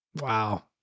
Wow